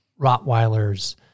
Rottweilers